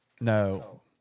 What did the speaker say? No